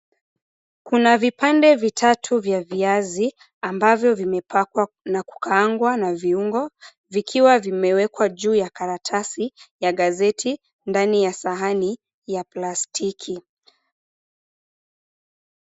Kuna vipande vitatu vya viazi ambavyo vimepakwa na kukaangwa na viungo vikiwa vimewekwa juu ya karatasi ya gazeti ndani ya sahani ya plastiki.